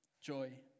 joy